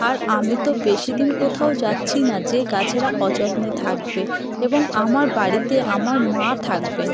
আর আমি তো বেশি দিন কোথাও যাচ্ছি না যে গাছেরা অযত্নে থাকবে এবং আমার বাড়িতে আমার মা থাকবেন